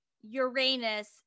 Uranus